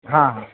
हाँ हाँ